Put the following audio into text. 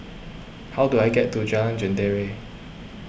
how do I get to Jalan Jendela